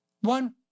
One